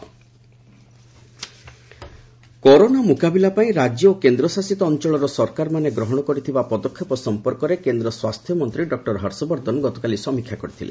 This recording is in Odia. ହର୍ଷବର୍ଦ୍ଧନ କୋଭିଡ଼୍ କରୋନା ମୁକାବିଲା ପାଇଁ ରାଜ୍ୟ ଓ କେନ୍ଦ୍ରଶାସିତ ଅଞ୍ଚଳର ସରକାରମାନେ ଗ୍ରହଣ କରିଥିବା ପଦକ୍ଷେପ ସମ୍ପର୍କରେ କେନ୍ଦ୍ର ସ୍ୱାସ୍ଥ୍ୟ ମନ୍ତ୍ରୀ ଡକୁର ହର୍ଷବର୍ଦ୍ଧନ ଗତକାଲି ସମୀକ୍ଷା କରିଥିଲେ